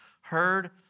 heard